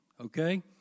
Okay